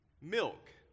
milk